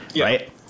Right